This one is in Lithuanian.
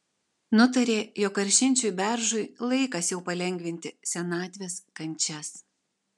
nutarė jog karšinčiui beržui laikas jau palengvinti senatvės kančias